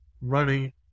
running